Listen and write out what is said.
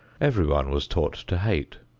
everyone was taught to hate.